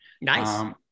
Nice